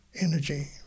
energy